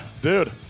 Dude